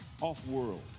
Off-world